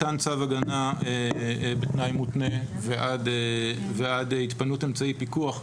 ממתן צו הגנה בתנאי מותנה ועד התפנות אמצעי פיקוח,